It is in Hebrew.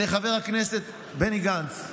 לחבר הכנסת בני גנץ.